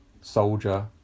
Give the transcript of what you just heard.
soldier